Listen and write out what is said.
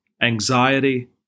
anxiety